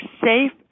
safe